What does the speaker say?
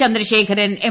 Chandrasekharan M